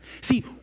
See